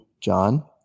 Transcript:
John